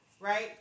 right